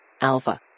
alpha